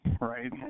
right